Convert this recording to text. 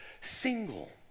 single